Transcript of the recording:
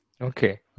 Okay